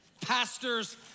Pastors